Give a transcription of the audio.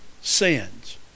sins